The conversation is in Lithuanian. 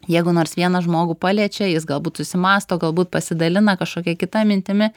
jeigu nors vieną žmogų paliečia jis galbūt susimąsto galbūt pasidalina kažkokia kita mintimi